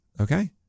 Okay